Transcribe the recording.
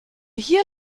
hier